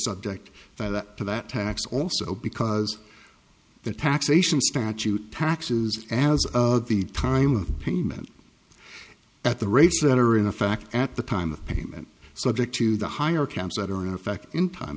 that to that tax also because the taxation statute pax's as of the time of payment at the rates that are in a fact at the time of the payment subject to the higher camps that are in effect in time